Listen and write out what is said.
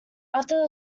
after